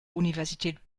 universität